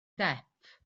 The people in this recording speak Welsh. depp